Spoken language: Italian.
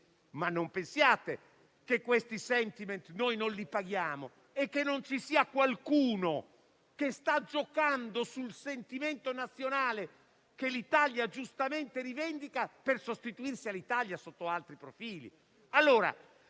di non pagare questi *sentiment* e che non ci sia qualcuno che sta giocando sul sentimento nazionale che l'Italia giustamente rivendica per sostituirsi a lei sotto altri profili.